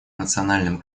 национальном